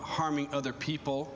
harming other people